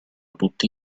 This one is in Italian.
tutti